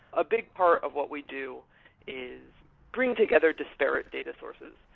a big part of what we do is bring together disparate data sources.